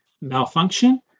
malfunction